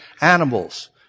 animals